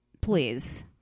Please